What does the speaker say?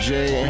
Jay